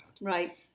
Right